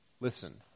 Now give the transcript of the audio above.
listen